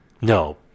No